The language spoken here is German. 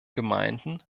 gemeinden